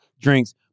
drinks